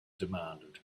demanded